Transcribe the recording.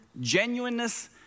genuineness